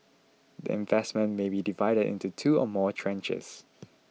the investment may be divided into two or more tranches